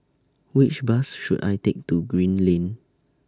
Which Bus should I Take to Green Lane